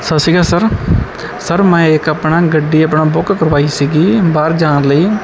ਸਤਿ ਸ਼੍ਰੀ ਅਕਾਲ ਸਰ ਸਰ ਮੈਂ ਇੱਕ ਆਪਣਾ ਗੱਡੀ ਆਪਣਾ ਬੁੱਕ ਕਰਵਾਈ ਸੀਗੀ ਬਾਹਰ ਜਾਣ ਲਈ